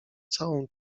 całą